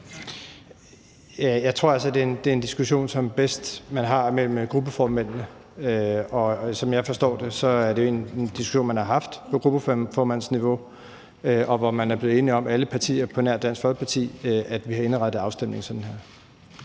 Jeg tror altså, det er en diskussion, som det er bedst man har mellem gruppeformændene. Som jeg forstår det, er det jo en diskussion, man har haft på gruppeformandsniveau, hvor alle partier på nær Dansk Folkeparti er blevet enige om at indrette afstemningen sådan her.